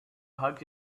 hugged